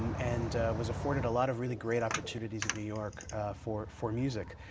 and was afforded a lot of really great opportunities in new york for for music.